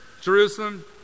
Jerusalem